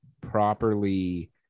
properly